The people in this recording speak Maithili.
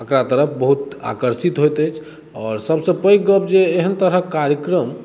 एकरा तरफ बहुत आकर्षित होइत अछि आओर सबसे पैघ गप जे एहन तरहक कार्यक्रम